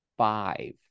Five